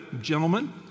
gentlemen